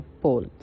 poll